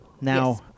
Now